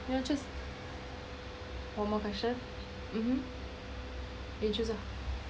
you want to choose one more question mmhmm you choose ah